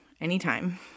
anytime